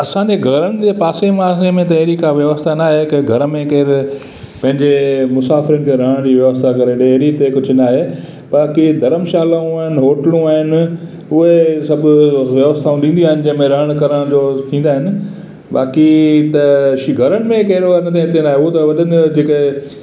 असांजे घरनि जे पासे पासे में त अहिड़ी का व्यवस्था न आहे की घर में केरु पंहिंजे मुसाफ़िर जे रहण जी व्यवस्था करे ॾिए अहिड़ी त कुझु न आहे बाक़ी धरमशालाऊं आहिनि होटलूं आहिनि उहे सभु व्यस्थाऊं ॾींदी आहिनि रहण करण जो थींदा अन बाक़ी त श घरनि में कहिडो न आहे हूअ त वधि में वधीक